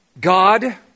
God